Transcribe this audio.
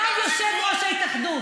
כתב יושב-ראש ההתאחדות